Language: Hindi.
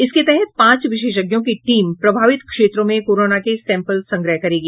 इसके तहत पांच विशेषज्ञों की टीम प्रभावित क्षेत्रों में कोरोना के सैम्पल संग्रह करेगी